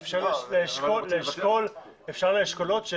לאפשר לאשכולות,